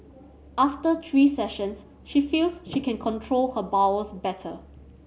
after three sessions she feels she can control her bowels better